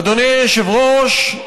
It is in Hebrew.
אדוני היושב-ראש,